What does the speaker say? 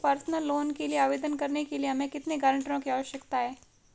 Personal loan के लिए आवेदन करने के लिए हमें कितने गारंटरों की आवश्यकता है?